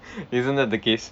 isn't that the case